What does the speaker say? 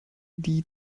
die